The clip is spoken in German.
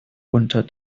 unter